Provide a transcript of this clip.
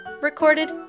recorded